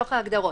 בתוך ההגדרות.